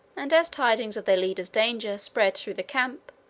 and, as tidings of their leader's danger spread through the camp,